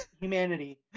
humanity